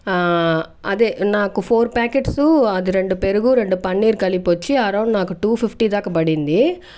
అదే నాకు four packets అది రెండు పెరుగు రెండు పన్నీర్ కలిపి వచ్చి అరౌండ్ నాకు టూ ఫిఫ్టీ దాక పడింది